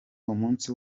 umunsi